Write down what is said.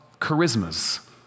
charismas